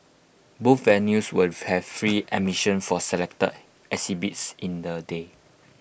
both venues will have free admissions for selected exhibits in the day